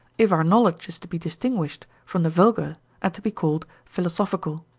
if our knowledge is to be distinguished from the vulgar and to be called philosophical.